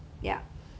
mm